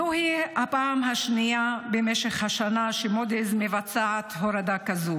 זוהי הפעם השנייה במשך השנה שמוד'יס מבצעת הורדה כזו,